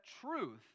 truth